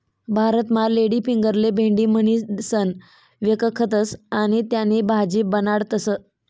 भारतमा लेडीफिंगरले भेंडी म्हणीसण व्यकखतस आणि त्यानी भाजी बनाडतस